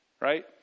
right